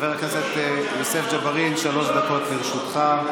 חבר הכנסת יוסף ג'בארין, שלוש דקות לרשותך.